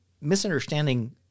misunderstanding